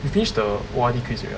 you finish the O_R_D quiz already ah